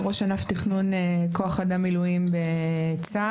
ראש ענף תכנון כוח אדם מילואים בצה"ל.